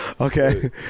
Okay